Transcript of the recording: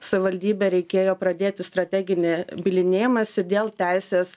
savivaldybe reikėjo pradėti strateginį bylinėjimąsi dėl teisės